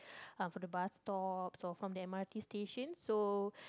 uh for the bus stops or from the M_R_T stations so